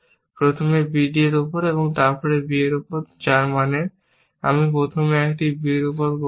প্রথমে b d এর উপর তারপর একটি b এর উপর যার মানে আমি প্রথমে একটি b এর উপর করছি